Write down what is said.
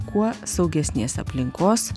kuo saugesnės aplinkos